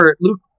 Luke